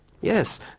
yes